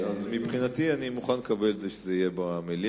אז מבחינתי אני מוכן לקבל את זה שזה יהיה במליאה,